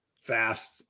fast